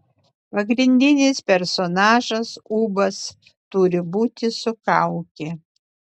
pagrindinis personažas ūbas turi būti su kauke